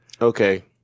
Okay